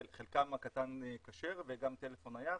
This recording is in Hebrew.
חלקם הקטן כשר וגם טלפון נייח.